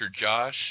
Josh